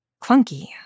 Clunky